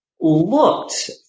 looked